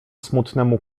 smutnemu